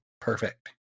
perfect